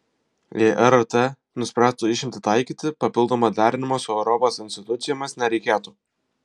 jei rrt nuspręstų išimtį taikyti papildomo derinimo su europos institucijomis nereikėtų